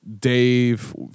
Dave